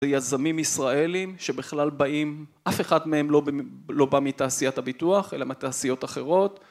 זה יזמים ישראלים שבכלל באים, אף אחד מהם לא בא מתעשיית הביטוח אלא מתעשיות אחרות.